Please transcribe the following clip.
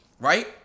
right